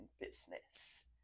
business